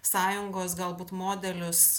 sąjungos galbūt modelius